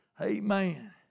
Amen